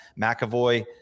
McAvoy